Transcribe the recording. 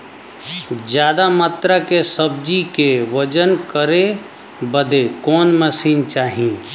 ज्यादा मात्रा के सब्जी के वजन करे बदे कवन मशीन चाही?